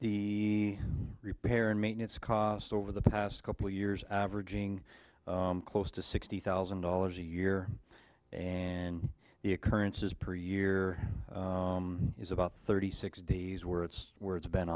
the repair and maintenance cost over the past couple years averaging close to sixty thousand dollars a year and the occurrences per year is about thirty six days where it's where it's been